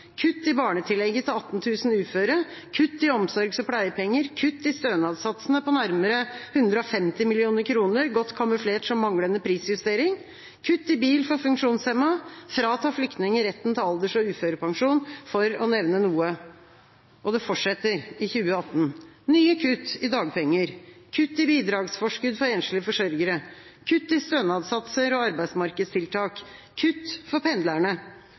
kutt i barnetillegget til 18 000 uføre, kutt i omsorgs- og pleiepenger, kutt i stønadssatsene på nærmere 150 mill. kr, godt kamuflert som manglende prisjustering, kutt til bil for funksjonshemmede, frata flykninger retten til alders- og uførepensjon, for å nevne noe. Og det fortsetter i 2018: nye kutt i dagpenger, kutt i bidragsforskudd for enslige forsørgere, kutt i stønadssatser og arbeidsmarkedstiltak, kutt for pendlerne.